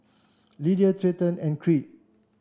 Lydia Treyton and Creed